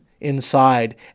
inside